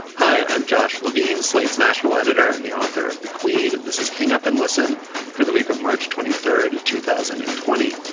hi, i'm josh levine, slate's national editor and the author of the queen, this is hang up and listen for the week of march twenty third, two thousand and twenty.